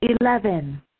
Eleven